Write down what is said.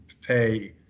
pay